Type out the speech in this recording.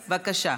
בבקשה.